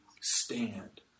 stand